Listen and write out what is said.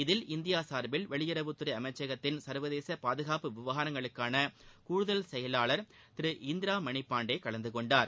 இதில் இந்தியா சார்பில் வெளியுறவுத்துறை அமைச்சகத்தின் சர்வதேச பாதுகாப்பு விவகாரங்களுக்கான கூடுதல் செயலாளர் இந்திரா மணிபாண்டே பங்கேற்றார்